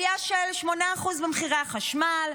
עלייה של 8% במחירי החשמל,